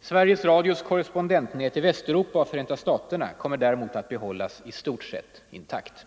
Sveriges Radios korrespondentnät i Västeuropa och Förenta staterna kommer däremot att behållas i stort sett intakt.